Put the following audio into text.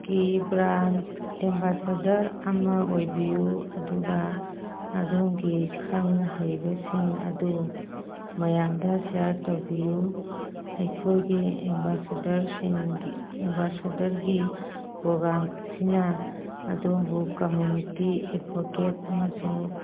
ꯀꯤ brand ambassador ꯑꯃ ꯑꯣꯏꯕꯤꯌꯨ ꯑꯗꯨꯒ ꯑꯗꯣꯝꯒꯤ ꯈꯪ ꯍꯩꯕꯁꯤꯡ ꯑꯗꯨ ꯃꯌꯥꯝꯗ ꯁꯤꯌꯥꯔ ꯇꯧꯕꯤꯌꯨ ꯑꯩꯈꯣꯏꯒꯤ ꯑꯦꯝꯕꯦꯁꯦꯗꯔꯁꯤꯡꯒꯤ ꯑꯦꯝꯕꯥꯁꯦꯗꯔꯒꯤ ꯄ꯭ꯔꯣꯒꯥꯝ ꯑꯁꯤꯅ ꯑꯗꯣꯝꯕꯨ ꯀꯝꯃꯨꯅꯤꯇꯤ ꯑꯦꯗꯕꯣꯀꯦꯠ ꯑꯃꯁꯨꯡ